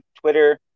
Twitter